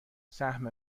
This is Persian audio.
سهم